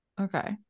Okay